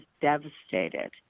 devastated